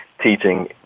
teaching